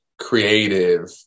creative